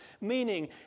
meaning